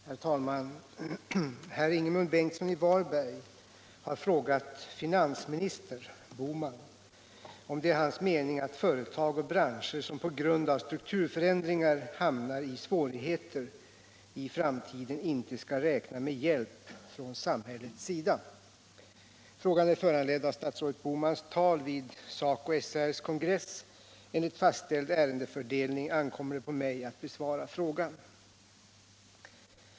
Herr talman! Herr Ingemund Bengtsson i Varberg har frågat ”finansminister” Bohman om det är hans mening att företag och branscher som på grund av strukturförändringar hamnar i svårigheter i framtiden inte skall räkna med hjälp från samhällets sida. Frågan är föranledd av statsrådet Bohmans tal vid SACO/SR:s kongress. Enligt fastställd ärendefördelning ankommer det på mig att besvara frågan.